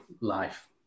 life